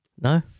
No